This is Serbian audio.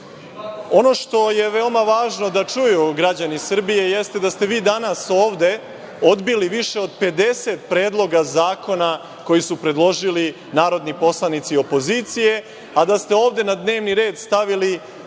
što je veoma važno da čuju građani Srbije jeste da ste vi danas ovde odbili više od 50 predloga zakona koje su predložili narodni poslanici opozicije, a da ste ovde na dnevni red stavili